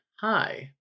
hi